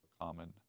common